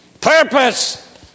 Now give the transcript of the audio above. purpose